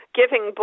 giving